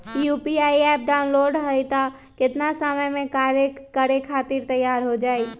UPI app download होई त कितना समय मे कार्य करे खातीर तैयार हो जाई?